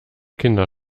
kinder